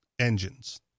engines